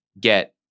get